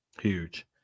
Huge